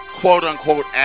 quote-unquote